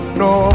no